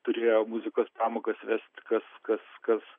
turėjo muzikos pamokas vesti kas kas kas